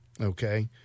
okay